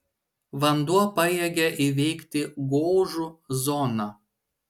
vanduo pajėgia įveikti gožų zoną